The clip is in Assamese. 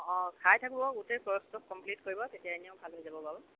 অ' খাই থাকিব গোটেই ক'ৰ্চ কম্প্লিট কৰিব তেতিয়া এনেও ভাল হৈ যাব বাৰু